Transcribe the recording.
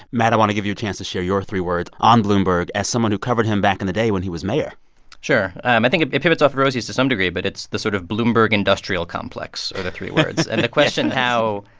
matt, i want to give you a chance to share your three words on bloomberg as someone who covered him back in the day when he was mayor sure. um i think it pivots off rosie's to some degree, but it's the sort of bloomberg industrial complex are the three words. and the question how.